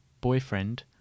boyfriend